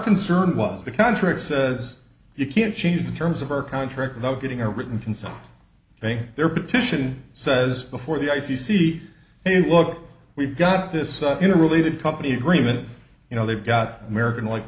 concern was the contract says you can't change the terms of our contract without getting a written consent thing their petition says before the i c c hey look we've got this you know related company agreement you know they've got american like